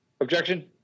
Objection